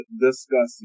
Discussing